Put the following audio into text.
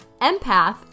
empath